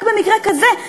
רק במקרה כזה,